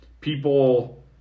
people